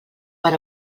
per